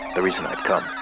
the reason i'd come.